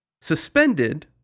suspended